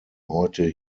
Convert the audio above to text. heute